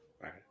right